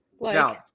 Now